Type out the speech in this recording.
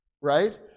right